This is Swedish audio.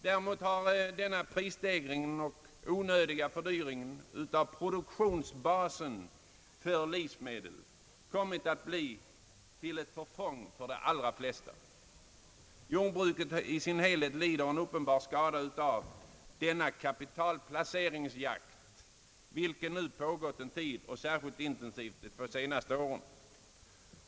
Däremot har denna prisstegring resulterat i onödig fördyring av produktionsbasen för livsmedel och därigenom kommit att bli till förfång för de flesta. Jordbruket i sin helhet lider en uppenbar skada av denna kapitalplaceringsjakt, vilken nu pågått en tid och särskilt intensivt de två senaste åren.